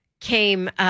came